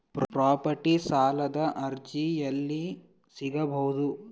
Property ಸಾಲದ ಅರ್ಜಿ ಎಲ್ಲಿ ಸಿಗಬಹುದು?